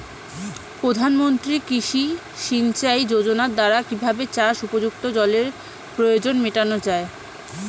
প্রধানমন্ত্রী কৃষি সিঞ্চাই যোজনার দ্বারা কিভাবে চাষ উপযুক্ত জলের প্রয়োজন মেটানো য়ায়?